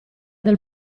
del